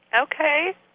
Okay